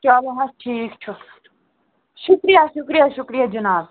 چلو حظ ٹھیٖک چھُ شُکرِیہ شُکرِیہ شُکرِیہ جِناب